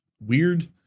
weird